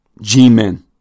G-Men